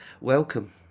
welcome